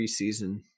preseason